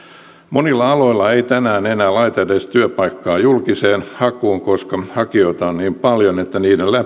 monilla aloilla ei tänään enää laiteta edes työpaikkaa julkiseen hakuun koska hakijoita on niin paljon että